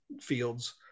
fields